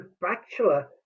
bachelor